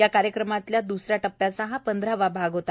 या कार्यक्रमातल्या द्रसऱ्या टप्प्याचा हा पंधरावा भाग होता